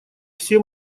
все